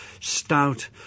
stout